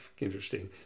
interesting